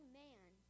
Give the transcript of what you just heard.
man